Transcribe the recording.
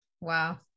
Wow